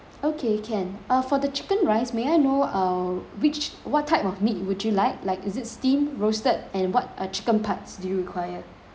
okay can uh for the chicken rice may I know uh which what type of meat would you like like is it steamed roasted and what uh chicken parts do you require